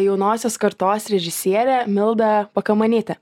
jaunosios kartos režisierę mildą pakamanytę